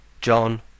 john